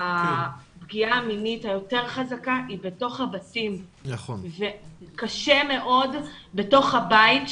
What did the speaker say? הפגיעה המינית היותר חזקה היא בתוך הבתים וקשה מאוד בתוך הבית,